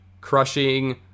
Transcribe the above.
crushing